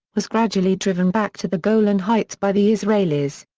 was gradually driven back to the golan heights by the israelis.